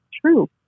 true